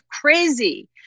crazy